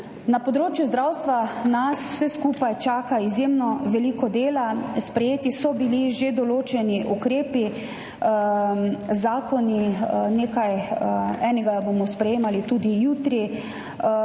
Na področju zdravstva nas vse skupaj čaka izjemno veliko dela. Sprejeti so bili že določeni ukrepi, zakoni, enega bomo sprejemali tudi jutri.